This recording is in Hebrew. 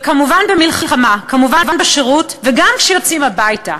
כמובן במלחמה, כמובן בשירות, וגם כשיוצאים הביתה.